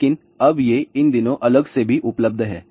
लेकिन अब ये इन दिनों अलग से भी उपलब्ध हैं